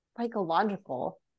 Psychological